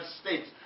states